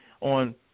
on